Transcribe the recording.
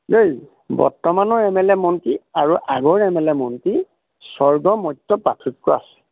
দেই বৰ্তমানৰ M L A মন্ত্ৰী আৰু আগৰ এম এল এ মন্ত্ৰী স্বৰ্গ মত্য পাৰ্থক্য আছে